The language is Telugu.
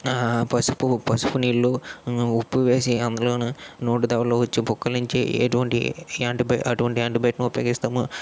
పసుపు పసుపు నీళ్లు ఉప్పు వేసి అందులో నోటి దవడలు ఊచి పుక్కలించి ఎటువంటి అటువంటి యాంటిబయోటిక్ ఉపయోగిస్తాము